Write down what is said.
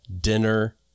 Dinner